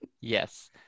Yes